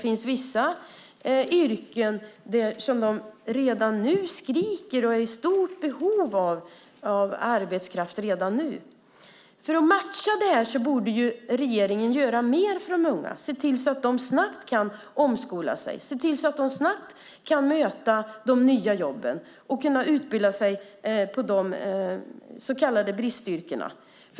Inom vissa branscher skriker man efter utbildad arbetskraft. För att matcha detta borde regeringen se till att de unga snabbt kan omskola sig till de så kallade bristyrkena och därigenom möta de nya jobben.